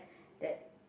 that